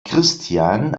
christian